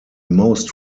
most